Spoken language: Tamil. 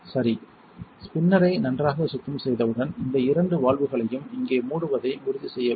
சரி ஸ்பின்னரை நன்றாக சுத்தம் செய்தவுடன் இந்த இரண்டு வால்வுகளையும் இங்கே மூடுவதை உறுதிசெய்ய வேண்டும்